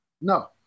No